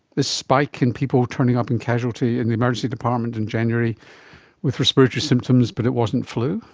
this spike in people turning up in casualty, in the emergency department in january with respiratory symptoms but it wasn't flu?